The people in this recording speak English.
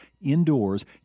indoors